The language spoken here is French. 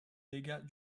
dégâts